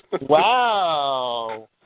Wow